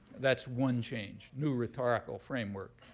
that's one change new rhetorical framework.